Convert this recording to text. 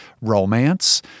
romance